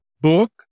book